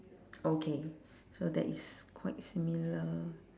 okay so that is quite similar